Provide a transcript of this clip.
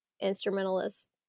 instrumentalists